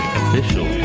official